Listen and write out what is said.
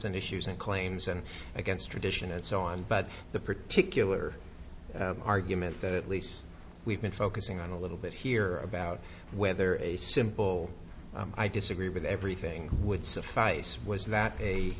and issues and claims and against tradition and so on but the particular argument that at least we've been focusing on a little bit here about whether a simple i disagree with everything would suffice was that a